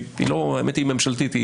שהאמת היא שהיא ממשלתית,